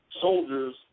soldiers